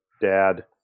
dad